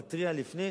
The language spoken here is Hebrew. מתריע לפני.